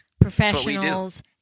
professionals